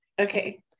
okay